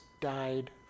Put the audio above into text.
died